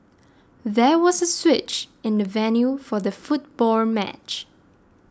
there was a switch in the venue for the football match